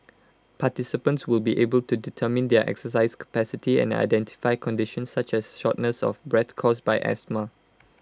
participants will be able to determine their exercise capacity and identify conditions such as shortness of breath caused by asthma